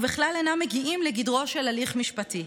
ובכלל אינם מגיעים לגדרו של הליך משפטי,